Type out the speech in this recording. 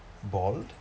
bald